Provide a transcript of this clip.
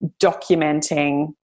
documenting